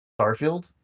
Starfield